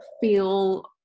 feel